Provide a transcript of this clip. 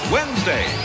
Wednesday